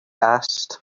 asked